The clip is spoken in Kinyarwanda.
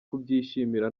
kubyishimira